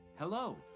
Hello